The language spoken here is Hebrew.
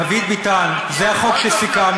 דוד ביטן, זה החוק שסיכמנו.